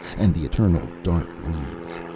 and the eternal dark weeds.